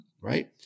Right